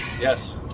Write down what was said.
Yes